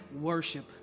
worship